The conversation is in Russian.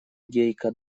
гейка